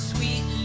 Sweet